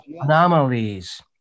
anomalies